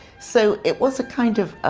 so it was a kind of